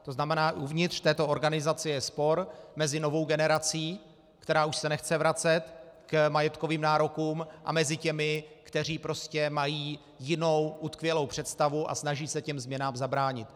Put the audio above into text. To znamená, že uvnitř této organizace je spor mezi novou generací, která už se nechce vracet k majetkovým nárokům, a těmi, kteří prostě mají jinou utkvělou představu a snaží se změnám zabránit.